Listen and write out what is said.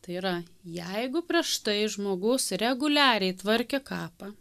tai yra jeigu prieš tai žmogus reguliariai tvarkė kapą